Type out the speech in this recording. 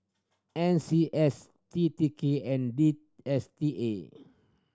N C S T T K and D S T A